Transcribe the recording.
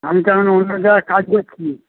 আমি তো এখন অন্য জায়গায় কাজ করছি